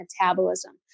metabolism